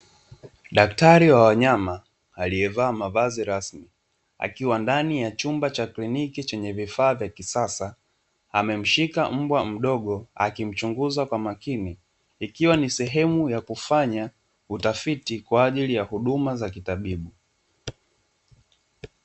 Daktari wa wanyama aliyevaa mavazi rasmi, akiwa ndani ya chumba cha kiliniki chenye vifaa vya kisasa amemshika mbwa mdogo akimchunguza kwa makini, ikiwa ni sehemu ya kufanya utafiti kwa ajili ya huduma za kitabibu.